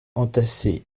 entassées